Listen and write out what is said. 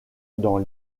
dans